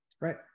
Right